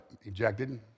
ejected